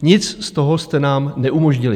Nic z toho jste nám neumožnili.